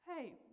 hey